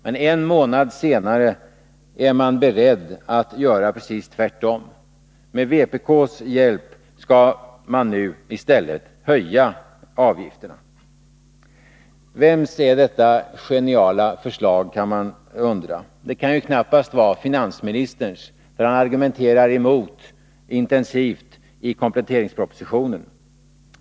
Men en månad senare är socialdemokraterna beredda att göra precis det — med vpk:s hjälp skall de nu höja avgifterna. Vems är detta geniala förslag? kan man undra. Det kan knappast vara finansministerns, för han argumenterar intensivt mot en höjning i kompletteringspropositionen.